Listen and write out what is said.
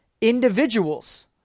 individuals